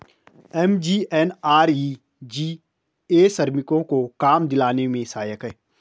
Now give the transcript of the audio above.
MGNREGA श्रमिकों को काम दिलाने में सहायक है